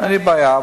אין לי בעיה.